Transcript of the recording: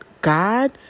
God